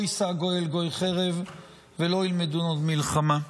יִשָּׂא גוי אל גוי חרב ולא ילמדו עוד מלחמה".